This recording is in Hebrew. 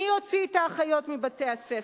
מי הוציא את האחיות מבתי-הספר?